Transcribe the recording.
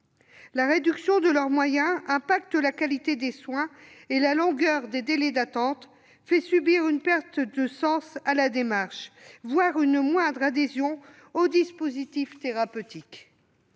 La réduction de leurs moyens a un impact sur la qualité des soins et la longueur des délais d'attente fait subir une perte de sens à la démarche, voire une moindre adhésion au dispositif thérapeutique.